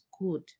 good